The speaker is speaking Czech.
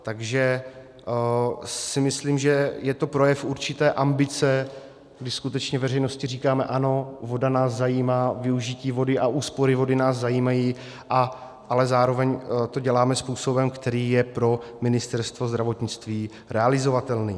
Takže si myslím, že je to projev určité ambice, kdy skutečně veřejnosti říkáme ano, voda nás zajímá, využití vody a úspory vody nás zajímají, ale zároveň to děláme způsobem, který je pro Ministerstvo zdravotnictví realizovatelný.